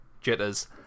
jitters